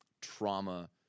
trauma